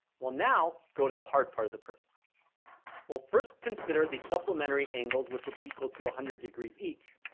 well now go to the hard part of the proof well first consider the supplementary angles, which will be equal to one hundred degrees each